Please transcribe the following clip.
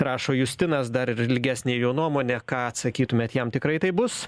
rašo justinas dar ir ilgesnė jo nuomonė ką atsakytumėt jam tikrai taip bus